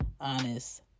honest